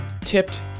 tipped